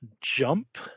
jump